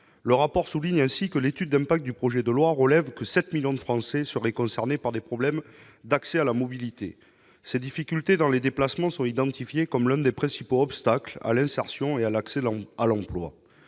Le rapport souligne que, selon l'étude d'impact du projet de loi, 7 millions de Français seraient concernés par des problèmes d'accès à la mobilité. Ces difficultés de déplacement sont identifiées comme l'un des principaux obstacles à l'insertion et à l'accès à l'emploi.